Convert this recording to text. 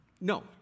No